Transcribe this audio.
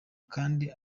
kandi